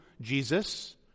Jesus